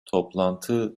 toplantı